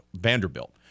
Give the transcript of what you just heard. Vanderbilt